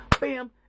Bam